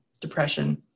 depression